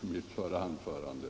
mitt förra anförande.